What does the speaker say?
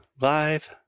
live